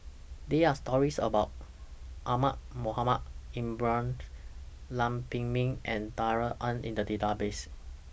There Are stories about Ahmad Mohamed Ibrahim Lam Pin Min and Darrell Ang in The Database